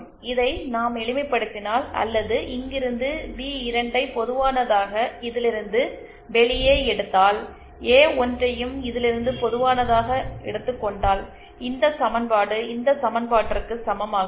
இதை நாம் எளிமைப்படுத்தினால் அல்லது இங்கிருந்து பி 2 வை பொதுவனதாக இதிலிருந்து வெளியே எடுத்தால் ஏ1ஐயும் இதிலிருந்து பொதுவானதாக எடுத்துக் கொண்டால்இந்த சமன்பாடு இந்த சமன்பாட்டிற்கு சமமாகிறது